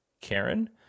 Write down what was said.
Karen